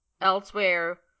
elsewhere